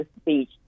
speech